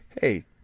Hey